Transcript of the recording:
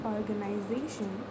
Organization